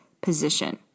position